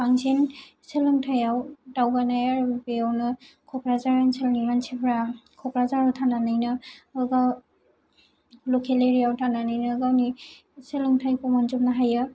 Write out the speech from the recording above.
बांसिन सोलोंथायाव दावगानाय बेयावनो क'क्राझार ओनसोलनि मानसिफ्रा क'क्राझाराव थानानैनो बेयाव लकेल एरियायाव थांनानैनो गावनि सोलोंथाइखौ मोनजोबनो हायो